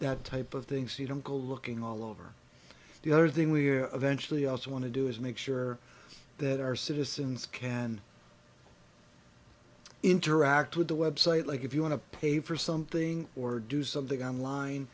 that type of thing so you don't go looking all over the other thing we're eventually also want to do is make sure that our citizens can interact with the website like if you want to pay for something or do something online